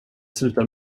slutade